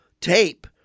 tape